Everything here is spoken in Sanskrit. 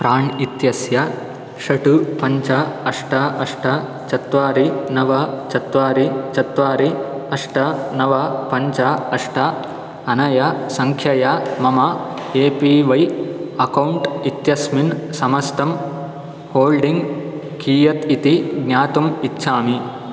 प्राण् इत्यस्य षट् पञ्च अष्ट अष्ट चत्वारि नव चत्वारि चत्वारि अष्ट नव पञ्च अष्ट अनया संख्यया मम ए पी वै अकौण्ट् इत्यस्मिन् समस्तं होल्डिङ्ग कियत् इति ज्ञातुम् इच्छामि